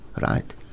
right